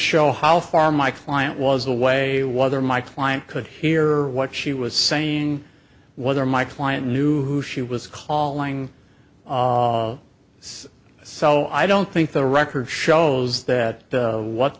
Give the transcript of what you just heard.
show how far my client was away whether my client could hear what she was saying whether my client knew who she was calling so i don't think the record shows that what